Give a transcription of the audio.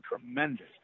tremendous